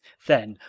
then,